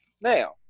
Now